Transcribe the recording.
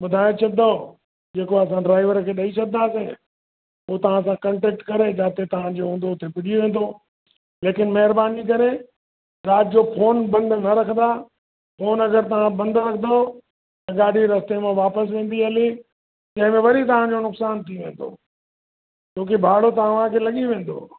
ॿुधाए छॾींदो जेको असां ड्राइवर खे ॾई छॾिदासीं ओ तव्हांसां कन्टेक्ट करे जाते तव्हांजो हुंदो उते पुॼी वेंदो लेकिन महिरबानी करे राति जो फ़ोन बंदि न रखंदा फ़ोन अगरि तव्हां बंदि रखंदो त गाॾी रस्ते मां वापिसि वेंदी हली जंहिमेंं वर तव्हांजो नुक्सानु थी वेंदो छो की भाड़ो तव्हांखे लॻी वेंदो